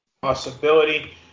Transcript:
possibility